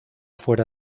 fuera